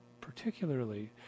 particularly